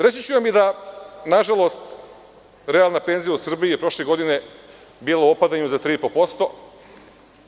Reći ću vam i da je, nažalost, realna penzija u Srbiji prošle godine bila u opadanju za 3,5%